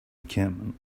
encampment